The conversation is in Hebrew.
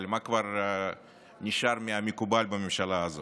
אבל מה כבר נשאר מהמקובל בממשלה הזאת?